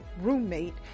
roommate